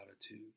attitude